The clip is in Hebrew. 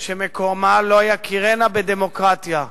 שמקומה לא יכירנה בדמוקרטיה.